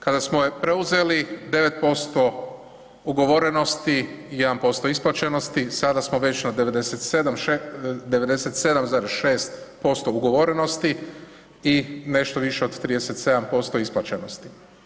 Kada smo je preuzeli 9% ugovorenosti i 1% isplaćenosti, sada smo već na 97,6% ugovorenosti i nešto više od 37% isplaćenosti.